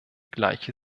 gleiche